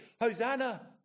Hosanna